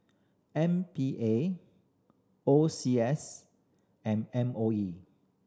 M P A O C S and M O E